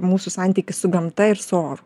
mūsų santykį su gamta ir su oru